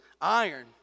iron